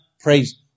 praise